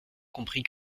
comprit